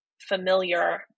familiar